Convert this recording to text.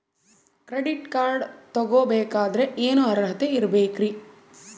Credit card ತೊಗೋ ಬೇಕಾದರೆ ಏನು ಅರ್ಹತೆ ಇರಬೇಕ್ರಿ?